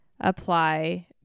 apply